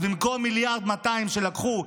אז במקום 1.2 מיליארד שלקחו,